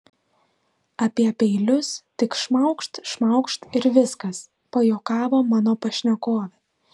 apie peilius tik šmaukšt šmaukšt ir viskas pajuokavo mano pašnekovė